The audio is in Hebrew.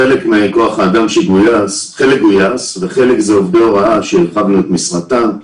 חלק מכוח האדם גויס וחלק הם עובדי הוראה שהרחבנו את משרתם.